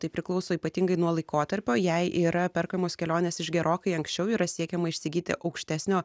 tai priklauso ypatingai nuo laikotarpio jei yra perkamos kelionės iš gerokai anksčiau yra siekiama įsigyti aukštesnio